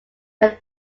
when